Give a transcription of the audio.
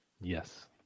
Yes